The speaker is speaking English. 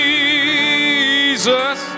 Jesus